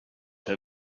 her